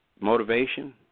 motivation